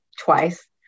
twice